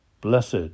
blessed